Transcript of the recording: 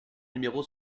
numéro